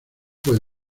puede